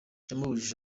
yamubujije